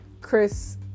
Chris